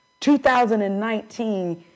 2019